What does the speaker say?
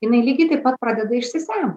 jinai lygiai taip pat pradeda išsisemti